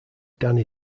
danny